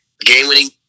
game-winning